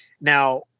Now